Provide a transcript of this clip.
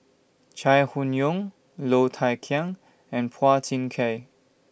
Chai Hon Yoong Low Thia Khiang and Phua Thin Kiay